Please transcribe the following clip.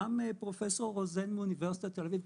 גם פרופסור רוזן מאוניברסיטת תל אביב,